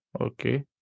Okay